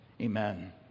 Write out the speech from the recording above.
amen